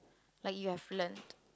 like you have learnt